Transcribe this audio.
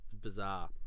bizarre